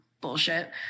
bullshit